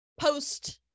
post-